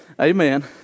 Amen